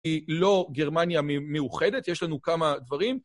היא לא גרמניה מאוחדת, יש לנו כמה דברים,